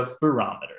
barometer